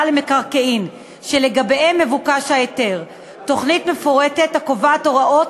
למקרקעין שלגביהם מבוקש ההיתר תוכנית מפורטת הקובעת הוראות,